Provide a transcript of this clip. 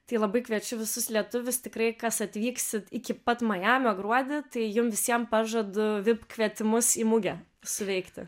tai labai kviečiu visus lietuvius tikrai kas atvyksit iki pat majamio gruodį tai jum visiem pažadu vip kvietimus į mugę suveikti